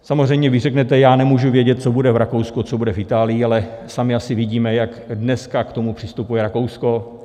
Samozřejmě vy řeknete, já nemůžu vědět, co bude v Rakousku a co bude v Itálii, ale sami asi vidíme, jak dneska k tomu přistupuje Rakousko.